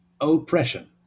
oppression